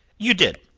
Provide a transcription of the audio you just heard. you did!